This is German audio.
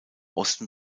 osten